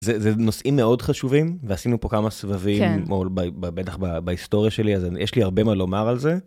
זה נושאים מאוד חשובים, ועשינו פה כמה סבבים, בטח בהיסטוריה שלי, אז יש לי הרבה מה לומר על זה.